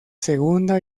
segunda